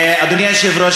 אדוני היושב-ראש,